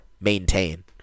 maintain